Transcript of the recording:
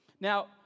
Now